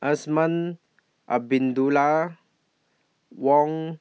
Azman Abdullah Woon